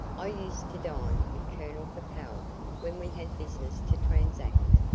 i used to dine with colonel capel when we had business to transact.